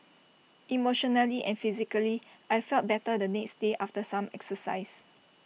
emotionally and physically I felt better the next day after some exercise